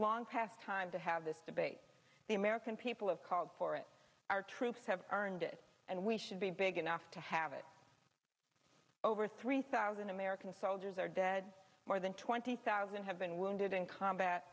long past time to have this debate the american people have called for it our troops have earned it and we should be big enough to have it over three thousand american soldiers are dead more than twenty thousand have been wounded in combat